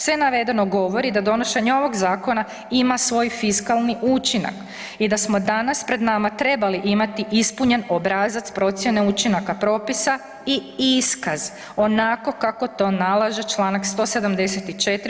Sve navedeno govori da donošenje ovoga zakona ima svoj fiskalni učinak i da smo danas pred nama trebali imati ispunjen obrazac procjene učinaka propisa i iskaz, onako kako to nalaže čl. 174.